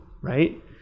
right